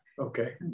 Okay